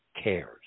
cares